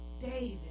David